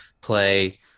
play